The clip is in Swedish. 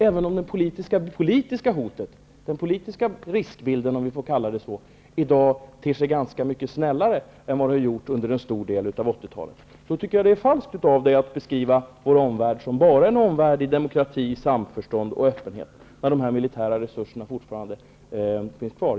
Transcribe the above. Även om det politiska hotet -- den politiska riskbilden, om vi så kallar det -- i dag ter sig ganska mycket snällare än vad den har gjort under en stor del av 80-talet, tycker jag att det är falskt av Martin Nilsson att beskriva vår omvärld som en omvärld med enbart demokrati, samförstånd och öppenhet, när dessa militära resurser fortfarande finns kvar.